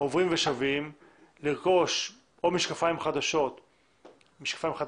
עוברים ושבים לרכוש או משקפיים חדשים או